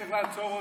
צריך לעצור אותו,